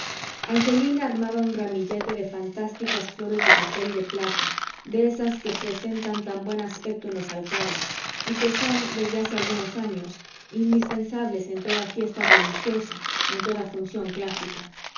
angelina armaba un ramillete de fantásticas flores de papel de plata de esas que presentan tan buen aspecto en los altares y que son desde hace algunos años indispensables en toda fiesta religiosa en toda función clásica